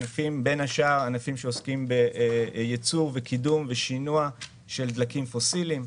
בין השאר ענפים שעוסקים בייצור וקידום ושינוע של דלקים פוסיליים.